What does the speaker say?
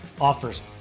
offers